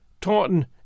Taunton